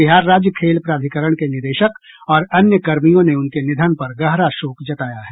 बिहार राज्य खेल प्राधिकरण के निदेशक और अन्य कर्मियों ने उनके निधन पर गहरा शोक जताया है